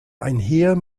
einher